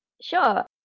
Sure